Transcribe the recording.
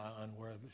unworthy